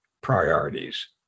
priorities